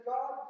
God